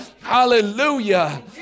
Hallelujah